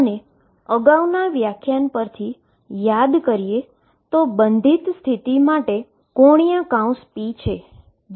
અને અગાઉના વ્યાખ્યાન યાદ કરીએ તો પરથી બાઉન્ડ સ્ટેટ માટે ⟨p⟩ છે જે પોતે જ 0 છે